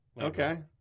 Okay